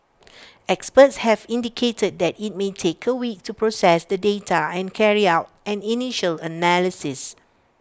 experts have indicated that IT may take A week to process the data and carry out an initial analysis